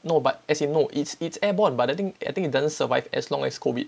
no but as in no it's it's airborne but the thing I think it doesn't survive as long as COVID